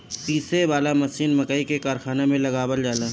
पीसे वाला मशीन मकई के कारखाना में लगावल जाला